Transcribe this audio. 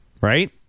right